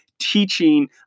teaching